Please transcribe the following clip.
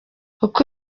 uko